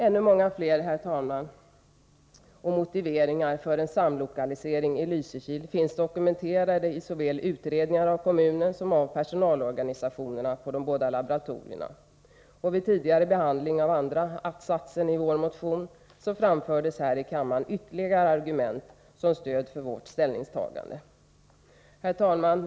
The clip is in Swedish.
Ännu många fler skäl och motiveringar för en lokalisering till Lysekil finns dokumenterade i såväl utredningar av kommunen som av personalorganisationerna vid de båda laboratorierna. Och vid tidigare behandling av andra att-satsen i vår motion framfördes här i kammaren ytterligare argument, som stöd för vårt ställningstagande. Herr talman!